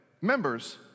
members